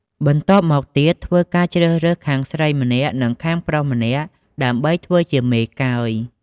បន្ទាប់មកទៀតធ្វើការជ្រើសរើសខាងស្រីម្នាក់និងខាងប្រុសម្នាក់ដើម្បីធ្វើជាមេកើយ។